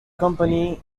company